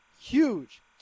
huge